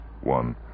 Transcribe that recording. One